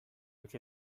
which